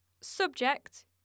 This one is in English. subject